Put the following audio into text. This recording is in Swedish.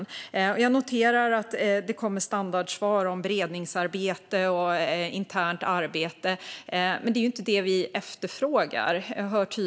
Jag noterar att det kommer standardsvar om beredningsarbete och internt arbete, men det är inte det vi efterfrågar.